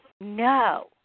No